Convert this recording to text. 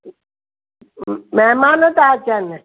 महिमान था अचनि